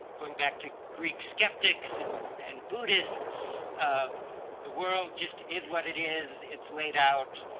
going back to greek skeptics and and buddhists of the world just is what it is. it's laid out.